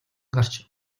гарч